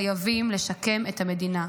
חייבים לשקם את המדינה.